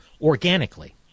organically